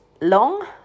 long